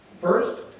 First